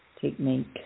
technique